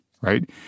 right